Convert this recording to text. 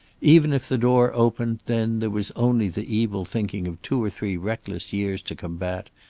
even if the door opened, then, there was only the evil thinking of two or three reckless years to combat,